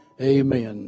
Amen